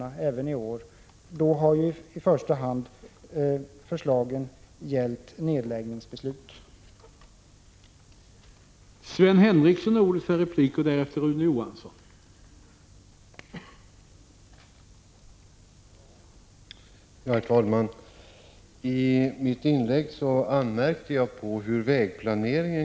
Men den koalitionen har främst markerats när det gällt nedläggningar av järnvägar.